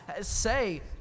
say